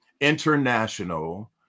international